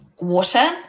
water